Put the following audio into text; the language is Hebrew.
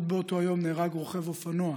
עוד באותו היום נהרג רוכב אופנוע,